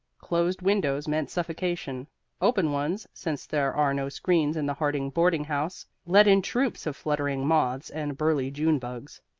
closed windows meant suffocation open ones since there are no screens in the harding boarding house let in troops of fluttering moths and burly june-bugs.